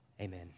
amen